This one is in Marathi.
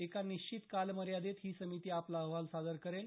एका निश्चित कालमर्यादेत ही समिती आपला अहवाल सादर करेल